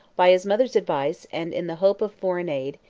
by his mother's advice, and in the hope of foreign aid,